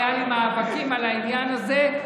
היו לי מאבקים על העניין הזה.